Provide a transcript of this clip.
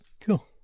Cool